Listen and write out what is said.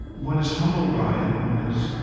one is humbled by it. one is